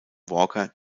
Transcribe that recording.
walker